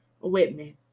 Whitman